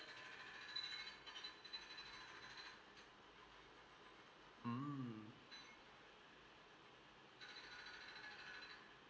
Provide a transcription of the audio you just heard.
mm